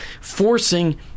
forcing